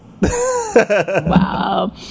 wow